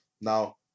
Now